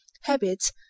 habits